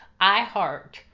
iHeart